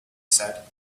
said